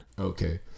okay